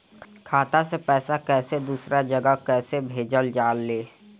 खाता से पैसा कैसे दूसरा जगह कैसे भेजल जा ले?